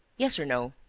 yes or no?